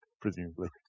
presumably